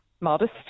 modest